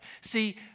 See